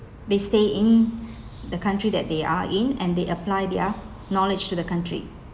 they stay in the country that they are in and they apply their knowledge to the country